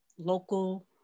local